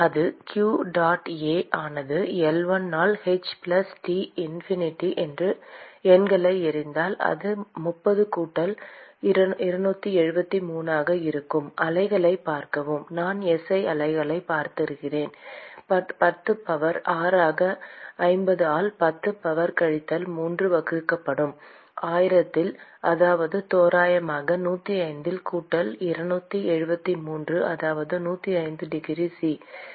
அது q dot A ஆனது L1 ஆல் h பிளஸ் T இன்ஃபினிட்டி என்று எண்களை எறிந்தால் அது 30 கூட்டல் 273 ஆக இருக்கும் அலகுகளைப் பார்க்கவும் நான் SI அலகுகளைப் பயன்படுத்துகிறேன் 10 பவர் 6 ஆக 50 ஆல் 10 பவர் கழித்தல் 3 வகுக்கப்படும் 1000 இல் அதாவது தோராயமாக 105 கூட்டல் 273 அதாவது 105 டிகிரி C